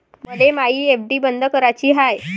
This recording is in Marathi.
मले मायी एफ.डी बंद कराची हाय